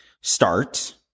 start